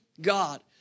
God